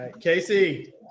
Casey